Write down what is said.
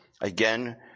Again